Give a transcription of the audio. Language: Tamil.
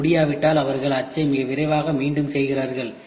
அது முடியாவிட்டால் அவர்கள் அச்சை மிக விரைவாக மீண்டும் செய்கிறார்கள்